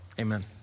Amen